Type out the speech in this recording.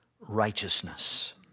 righteousness